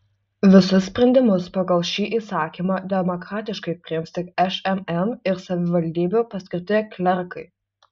visus sprendimus pagal šį įsakymą demokratiškai priims tik šmm ir savivaldybių paskirti klerkai